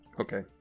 Okay